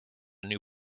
new